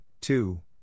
two